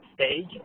stage